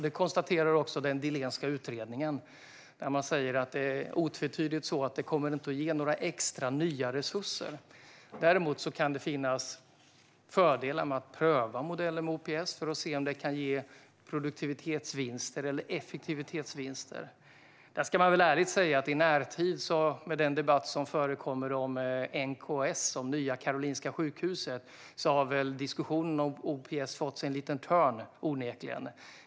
Det konstaterar också den Dillénska utredningen - man säger otvetydigt att det inte kommer att ge några extra, nya resurser. Däremot kan det finnas fördelar med att pröva modeller med OPS för att se om det kan ge produktivitetsvinster eller effektivitetsvinster. Jag ska ärligt säga att i närtid med den debatt som förekommer om NKS, om Nya Karolinska sjukhuset, har OPS onekligen fått sig en liten törn.